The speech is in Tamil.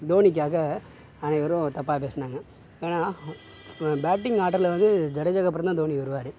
தோனிக்காக அனைவரும் தப்பாக பேசினாங்க ஏனால் பேட்டிங் ஆடுறதுல வந்து ஜடேஜாக்கப்பறந்தான் தோனி வருவார்